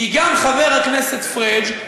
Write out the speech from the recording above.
כי גם חבר הכנסת פריג',